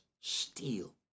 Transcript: steal